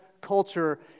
culture